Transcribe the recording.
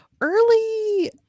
early